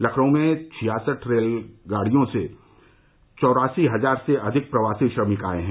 लखनऊ में छियासठ रेलगाड़ियों से चौरासी हजार से अधिक प्रवासी श्रमिक आए हैं